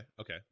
okay